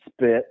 spit